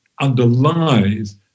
underlies